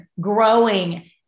growing